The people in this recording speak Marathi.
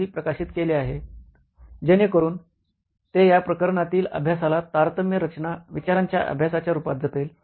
org प्रकाशित केले आहेत जेणेकरून ते या प्रकरणातील अभ्यासाला तारतम्य रचना विचारांच्या अभ्यासाच्या रूपात जपेल